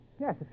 Yes